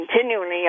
continually